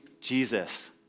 Jesus